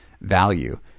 value